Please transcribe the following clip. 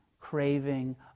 craving